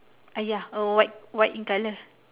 uh ya white white in colour